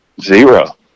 Zero